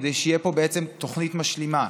כדי שתהיה פה בעצם תוכנית משלימה,